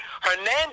Hernandez